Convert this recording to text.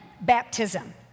baptism